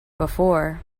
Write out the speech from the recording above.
before